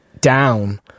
down